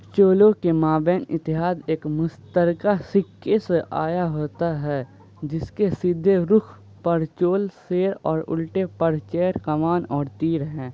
چولوں کے مابین اتحاد ایک مشترکہ سکے سے عیاں ہوتا ہے جس کے سیدھے رخ پر چول شیر اور الٹے پر چیر کمان اور تیر ہیں